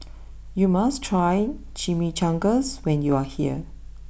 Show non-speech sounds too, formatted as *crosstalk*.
*noise* you must try Chimichangas when you are here